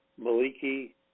Maliki